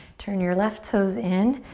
turn your left toes in.